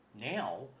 now